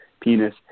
penis